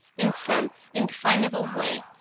in some indefinable way,